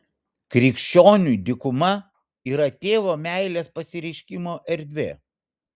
krikščioniui dykuma yra tėvo meilės pasireiškimo erdvė